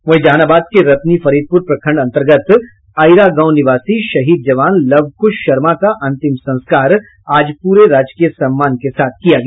वहीं जहानाबाद के रतनी फरीदपुर प्रखंड अंतर्गत अईरा गांव निवासी शहीद जवान लवकुश शर्मा का अंतिम संस्कार आज पूरे राजकीय सम्मान के साथ किया गया